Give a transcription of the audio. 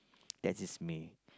that is me